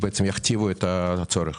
הם יכתיבו את הצורך.